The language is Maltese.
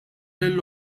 lill